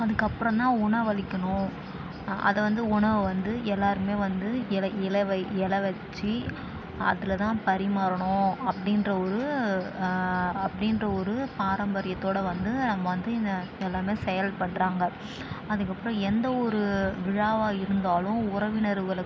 அதுக்கப்புறம் தான் உணவு அளிக்கணும் அதை வந்து உணவை வந்து எல்லாேருமே வந்து இல இல வை இல வச்சு அதில் தான் பரிமாறணும் அப்படின்ற ஒரு அப்படின்ற ஒரு பாரம்பரியத்தோடு வந்து அவங்க வந்து எல்லாமே செயல்படுகிறாங்க அதுக்கப்புறம் எந்த ஒரு விழாவாக இருந்தாலும் உறவினர்களை